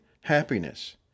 happiness